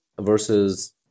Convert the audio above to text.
versus